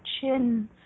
chin